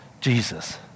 Jesus